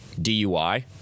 DUI